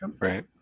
Right